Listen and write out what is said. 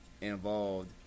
involved